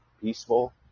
peaceful